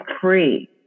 free